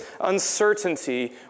uncertainty